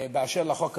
באשר לחוק הזה.